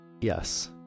Yes